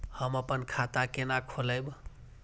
हम अपन खाता केना खोलैब?